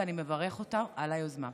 ואני מברכת אותו על היוזמה.